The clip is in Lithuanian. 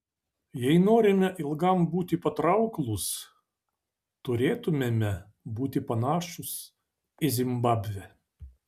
jei norime ilgam būti patrauklūs turėtumėme būti panašūs į zimbabvę